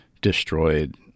destroyed